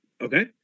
Okay